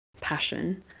passion